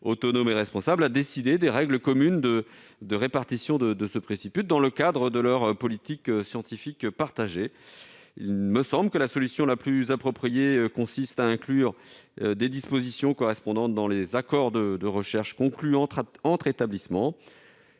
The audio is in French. autonomes et responsables, à décider des règles communes de répartition de ce préciput dans le cadre de leur politique scientifique partagée. Il me paraît que la solution la plus appropriée consiste à inclure les dispositions correspondantes dans les accords de recherche conclus entre établissements.